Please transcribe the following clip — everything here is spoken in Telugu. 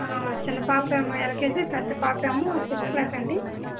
ఆ చిన్న పాపేమో ఎల్కేజీ పెద్ద పాపేమో సిక్స్త్ క్లాస్ అండి